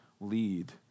lead